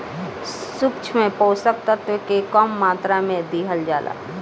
सूक्ष्म पोषक तत्व के कम मात्रा में दिहल जाला